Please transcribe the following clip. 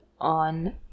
on